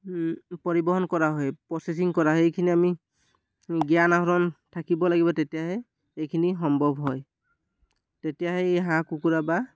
পৰিবহণ কৰা হয় প্ৰচেছিং কৰা হয় এইখিনি আমি জ্ঞান আহৰণ থাকিব লাগিব তেতিয়াহে এইখিনি সম্ভৱ হয় তেতিয়াহে এই হাঁহ কুকুৰা বা